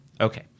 Okay